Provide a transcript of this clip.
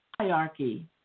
hierarchy